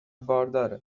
بارداره